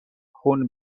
خون